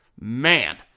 man